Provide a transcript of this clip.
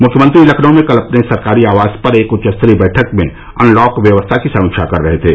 मुख्यमंत्री लखनऊ में कल अपने सरकारी आवास पर एक उच्च स्तरीय बैठक में अनलॉक व्यवस्था की समीक्षा कर रहे थे